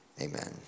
amen